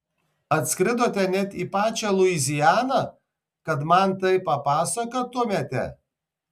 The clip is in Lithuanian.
atskridote net į pačią luizianą kad man tai papasakotumėte